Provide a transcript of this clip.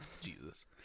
Jesus